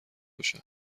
بکشن